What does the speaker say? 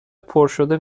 پرشده